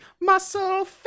muscle